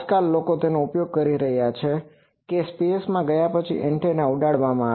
આજકાલ લોકો તેનો ઉપયોગ કરી રહ્યા છે કે સ્પેસમાં ગયા પછી એન્ટેના ઉડાડવામાં આવે